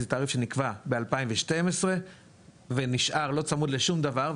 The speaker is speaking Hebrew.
זה תעריף שנקבע ב-2012 ונשאר לא צמוד לשום דבר,